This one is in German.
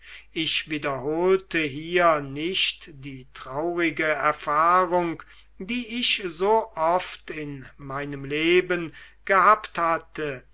ich wiederholte hier nicht die traurige erfahrung die ich so oft in meinem leben gehabt hatte